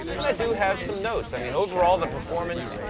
and i do have some notes. i mean, overall, the performance,